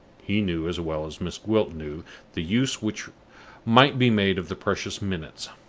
he knew as well as miss gwilt knew the use which might be made of the precious minutes,